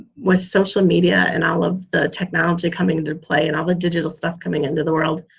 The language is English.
with social media and all of the technology coming into play and all the digital stuff coming into the world,